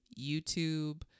YouTube